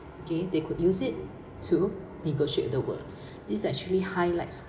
okay they could use it to negotiate with the world this actually highlights